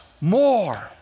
more